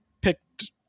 picked